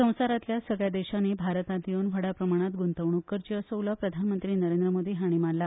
संवसारातल्या सगळ्या देशांनी भारतात येवन व्हडा प्रमाणात ग्रंतवणूक करची असो उलो प्रधानमंत्री नरेंद्र मोदी हांणी माल्ला